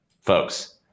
folks